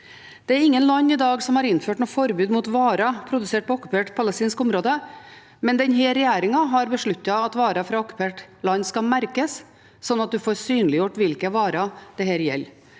Det er ingen land i dag som har innført noe forbud mot varer produsert på okkuperte palestinske områder, men denne regjeringen har besluttet at varer fra okkupert land skal merkes, slik at en får synliggjort hvilke varer dette gjelder.